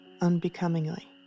unbecomingly